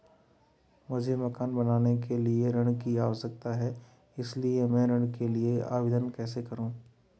मुझे मकान बनाने के लिए ऋण की आवश्यकता है इसलिए मैं ऋण के लिए आवेदन कैसे करूं?